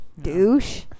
Douche